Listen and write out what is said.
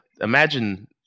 imagine